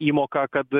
įmoką kad